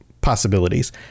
possibilities